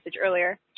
earlier